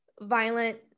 violent